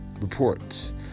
reports